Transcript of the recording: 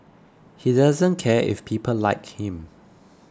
he doesn't care if people like him